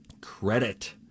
Credit